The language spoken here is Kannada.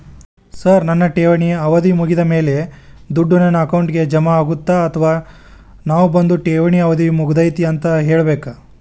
ಸರ್ ನನ್ನ ಠೇವಣಿ ಅವಧಿ ಮುಗಿದಮೇಲೆ, ದುಡ್ಡು ನನ್ನ ಅಕೌಂಟ್ಗೆ ಜಮಾ ಆಗುತ್ತ ಅಥವಾ ನಾವ್ ಬಂದು ಠೇವಣಿ ಅವಧಿ ಮುಗದೈತಿ ಅಂತ ಹೇಳಬೇಕ?